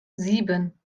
sieben